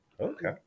Okay